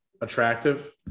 attractive